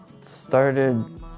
started